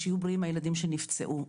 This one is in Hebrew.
ושיהיו בריאים הילדים שנפצעו,